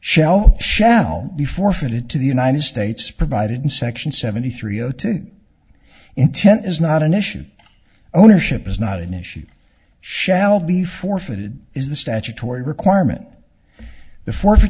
shell shall be forfeited to the united states provided in section seventy three zero two intent is not an issue ownership is not an issue shall be forfeited is the statutory requirement the for